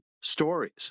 stories